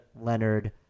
Leonard